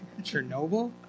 Chernobyl